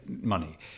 money